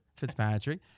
Fitzpatrick